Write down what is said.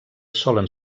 solen